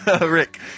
Rick